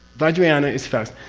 vajrayana is fast.